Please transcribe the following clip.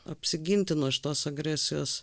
apsiginti nuo šitos agresijos